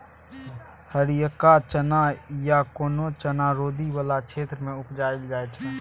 हरियरका चना या कोनो चना रौदी बला क्षेत्र मे उपजाएल जाइ छै